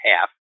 half